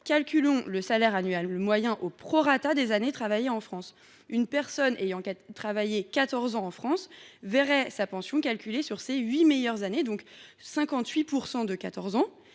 calculons le salaire annuel moyen au prorata des années travaillées en France. Une personne ayant travaillé quatorze ans en France verrait sa pension calculée sur ses huit meilleures années, soit 58 % de